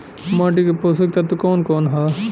माटी क पोषक तत्व कवन कवन ह?